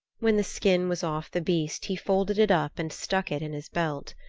when the skin was off the beast he folded it up and stuck it in his belt.